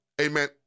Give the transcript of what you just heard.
amen